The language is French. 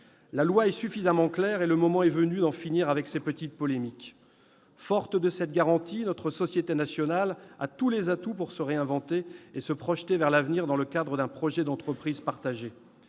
Le texte est suffisamment clair. Le moment est donc venu d'en finir avec ces petites polémiques. Forte de cette garantie, notre société nationale a tous les atouts pour se réinventer et se projeter vers l'avenir dans le cadre d'un projet d'entreprise partagé.